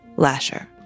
Lasher